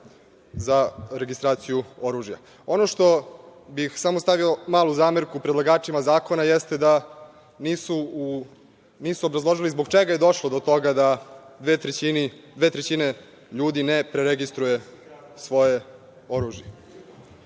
za registraciju oružja. Ono što bih samo stavio malu zamerku predlagačima zakona jeste da nisu obrazložili zbog čega je došlo do toga da dve trećine ljudi ne preregistruje svoje oružje.